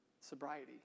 sobriety